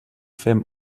fem